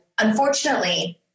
unfortunately